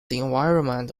environment